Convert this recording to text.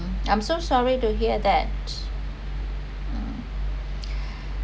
I'm so sorry to hear that